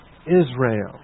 Israel